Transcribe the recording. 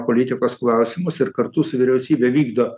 politikos klausimus ir kartu su vyriausybe vykdo